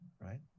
right